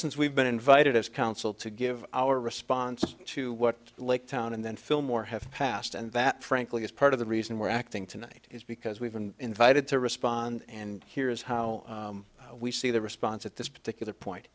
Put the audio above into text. essence we've been invited as council to give our response to what lake town and then fillmore have passed and that frankly is part of the reason we're acting tonight is because we've been invited to respond and here's how we see the response at this particular point